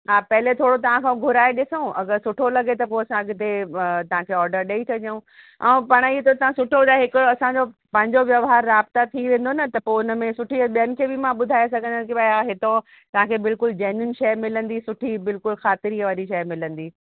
हा पहिले थोरो तव्हां खां घुराए ॾिसूं अगरि सुठो लॻे त पोइ असां अॻिते तव्हांखे ऑडर ॾेई छॾियूं ऐं पाणि इहो त तव्हां सुठो ॿुधायो हिकिड़ो असांजो पंहिंजो व्यव्हार राब्ता थी वेंदो न त पोइ हुन में सुठी ॿियनि खे बि मां ॿुधाए सघंदमि कि भई हितां तव्हांखे बिल्कुलु जैन्युन शइ मिलंदी सुठी बिल्कुलु खातिरीअ वारी शइ मिलंदी